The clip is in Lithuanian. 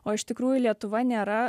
o iš tikrųjų lietuva nėra